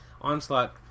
Onslaught